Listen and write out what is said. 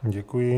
Děkuji.